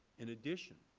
in addition,